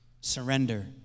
Surrender